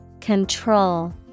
Control